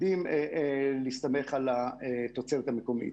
אנחנו יודעים להסתמך על התוצרת המקומית.